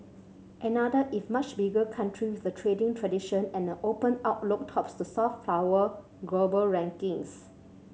another if much bigger country with a trading tradition and an open outlook tops the soft power global rankings